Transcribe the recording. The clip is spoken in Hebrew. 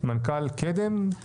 מנכ"ל "קדם"?